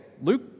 Luke